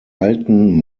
alten